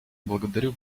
благодарю